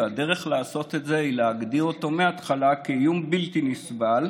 והדרך לעשות את זה היא להגדיר אותו מההתחלה כאיום בלתי נסבל,